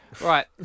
Right